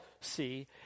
see